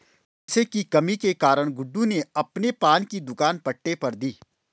पैसे की कमी के कारण गुड्डू ने अपने पान की दुकान पट्टे पर दी